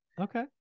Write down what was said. Okay